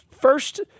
first